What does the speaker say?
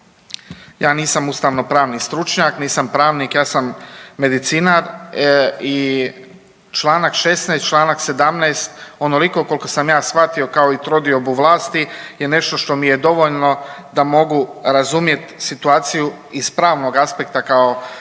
ja nisam ustavnopravni stručnjak, nisam pravnik, ja sam medicinar i čl. 16. i čl. 17. onoliko koliko sam ja shvatio kao i trodiobu vlasti je nešto što mi je dovoljno da mogu razumjet situaciju iz pravnog aspekta kao saborski